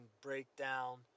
breakdown